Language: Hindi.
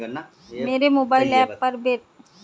मेरे मोबाइल ऐप पर मेरा बैलेंस अपडेट नहीं है